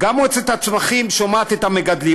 גם מועצת הצמחים שומעת את המגדלים.